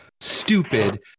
stupid